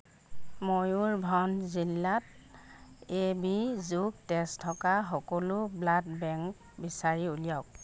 ময়ুৰভঞ্জ জিলাত এবি যোগ তেজ থকা সকলো ব্লাড বেংক বিচাৰি উলিয়াওক